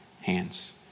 hands